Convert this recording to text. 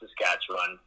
Saskatchewan